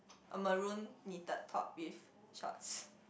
a maroon knitted top with shorts